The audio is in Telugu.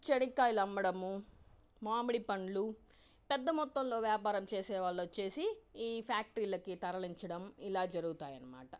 శనగకాయలు అమ్మడము మామిడి పండ్లు పెద్ద మొత్తంలో వ్యాపారం చేసే వాళ్ళు వచ్చేసి ఈ ఫ్యాక్టరీలకు తరలించడం ఇలా జరుగుతాయి అన్నమాట